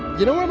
you know what